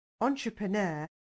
entrepreneur